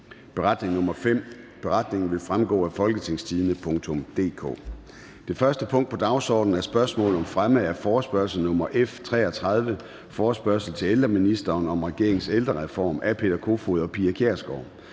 Beretningen vil fremgå af www.folketingstidende.dk. --- Det første punkt på dagsordenen er: 1) Spørgsmål om fremme af forespørgsel nr. F 33: Forespørgsel til ældreministeren om regeringens ældrereform. Af Peter Kofod (DF) og Pia Kjærsgaard